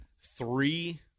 three